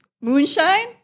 Moonshine